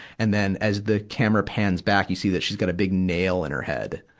and then, as the camera pans back, you see that she's got a big nail in her head.